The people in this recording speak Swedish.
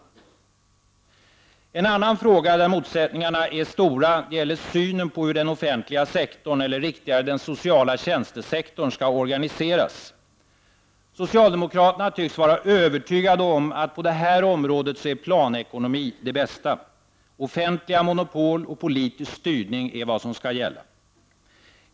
En annan fråga där motsättningarna är stora gäller synen på hur den offentliga sektorn, eller rättare sagt den sociala tjänstesektorn, skall organiseras. Socialdemokraterna tycks vara övertygade om att på det här området är planekonomi det bästa. Offentliga monopol och politisk styrning är vad som skall gälla.